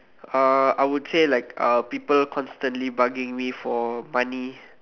uh I would say like uh people constantly bugging me for money